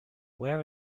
where